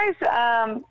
guys